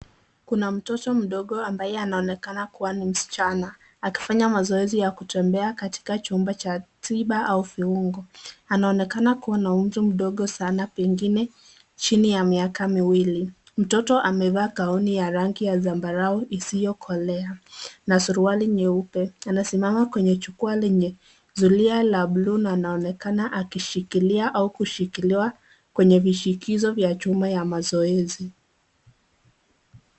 Kuna mtoto mdogo ambaye anaonekana kuwa ni msichana akifanya mazoezi ya kutembea katika chumba cha tiba au viungo anaonekana kuwa na umri mdogo sana pengine chini ya miaka miwili. Mtoto amevaa gauni ya rangi ya zambarawi isiyokolea na suruali nyeupe anasimama kwenye jukwaa lenye zulia la buluu na anaonekana akishikilia au kushikiliwa kwenye vishikizo vya chuma ya mazoezi.